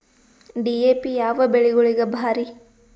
DAP ಯಾವ ಬೆಳಿಗೊಳಿಗ ಭಾರಿ?